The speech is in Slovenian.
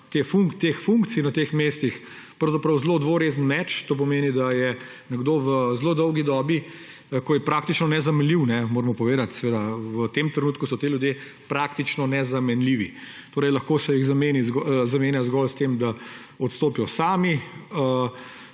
teh funkcij na teh mestih pravzaprav zelo dvorezen meč. To pomeni, da je nekdo v zelo dolgi dobi praktično nezamenljiv. Moramo povedati, da v tem trenutku so ti ljudje praktično nezamenljivi. Lahko se jih zamenja zgolj s tem, da odstopijo sami,